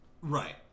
Right